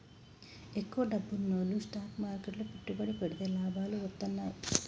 ఎక్కువ డబ్బున్నోల్లు స్టాక్ మార్కెట్లు లో పెట్టుబడి పెడితే లాభాలు వత్తన్నయ్యి